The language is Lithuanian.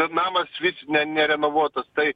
kad namas svis ne nerenovuotas tai